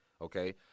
Okay